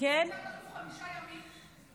חמישה ימים,